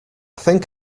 think